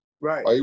Right